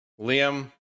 Liam